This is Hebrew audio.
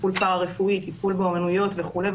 טיפול פארה רפואי, טיפול באומנויות וכולי.